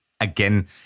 again